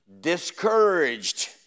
discouraged